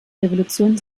revolution